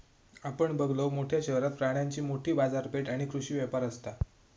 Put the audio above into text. आपण बघलव, मोठ्या शहरात प्राण्यांची मोठी बाजारपेठ आणि कृषी व्यापार असता